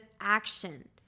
action